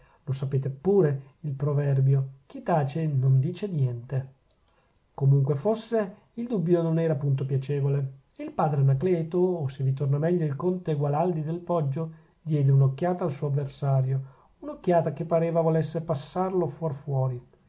lo sapete pure il proverbio chi tace non dice niente comunque fosse il dubbio non era punto piacevole e il padre anacleto o se vi torna meglio il conte gualandi del poggio diede un'occhiata al suo avversario un'occhiata che pareva volesse passarlo fuor fuori